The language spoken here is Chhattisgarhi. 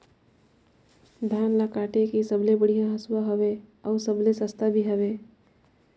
धान ल काटे के सबले बढ़िया हंसुवा हवये? अउ सबले सस्ता भी हवे?